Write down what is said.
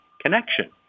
connection